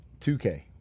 2K